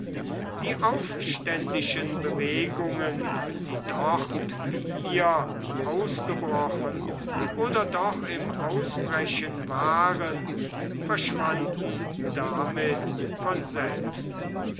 die aufständischen bewegungen die dort wie hier ausgebrochen oder doch im ausbrechen waren verschwanden damit von selbst